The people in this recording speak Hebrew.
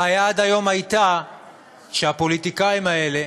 הבעיה עד היום הייתה שהפוליטיקאים האלה